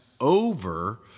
over